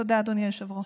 תודה, אדוני היושב-ראש.